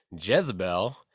Jezebel